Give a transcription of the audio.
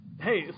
hey